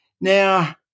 Now